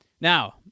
Now